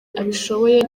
abishoboye